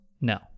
No